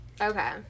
Okay